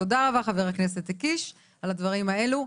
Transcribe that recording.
תודה רבה, חבר הכנסת קיש על הדברים האלו.